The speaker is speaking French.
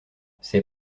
c’est